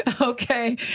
Okay